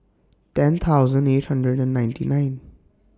ten thousand eight hundred and ninety nine